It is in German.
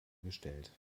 gestellt